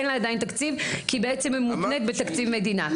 אין לה עדיין תקציב כי בעצם היא מותנית בתקציב מדינה.